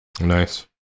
Nice